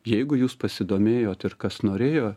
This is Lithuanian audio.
jeigu jūs pasidomėjot ir kas norėjo